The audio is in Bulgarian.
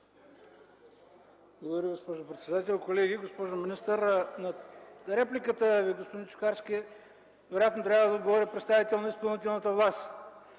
госпожо председател, колеги, госпожо министър! На репликата Ви, господин Чукарски, вероятно трябва да отговори представител на изпълнителната власт.